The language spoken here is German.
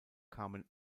kamen